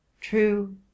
true